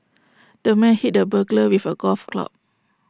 the man hit the burglar with A golf club